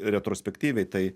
retrospektyviai tai